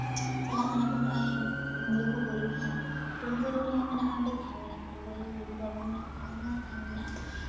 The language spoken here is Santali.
ᱪᱟᱞᱟᱜ ᱠᱟᱱᱟᱵᱚᱱ ᱞᱩᱜᱩᱼᱵᱩᱨᱩ ᱦᱮᱸ ᱞᱩᱜᱩᱼᱵᱩᱨᱩ ᱨᱮᱦᱚᱸ ᱢᱮᱱᱟᱜᱼᱟ ᱚᱸᱰᱮ ᱛᱷᱟᱱ ᱢᱮᱱᱟᱜᱼᱟ ᱞᱩᱜᱩᱼᱟᱭᱚ ᱞᱩᱜᱩ ᱵᱟᱵᱟ ᱢᱮᱱᱟᱜ ᱠᱤᱱᱟ ᱚᱸᱰᱮ ᱦᱚᱸ ᱛᱷᱟᱱ ᱢᱮᱱᱟᱜᱼᱟ